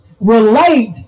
relate